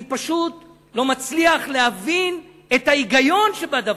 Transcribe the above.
אני פשוט לא מצליח להבין את ההיגיון שבדבר.